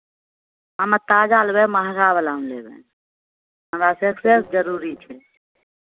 हम ताजा लेबै महगावलामे लेबै हमरा फ्रेशनेश जरूरी छै